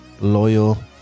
loyal